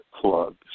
plugs